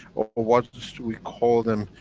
or what we call them,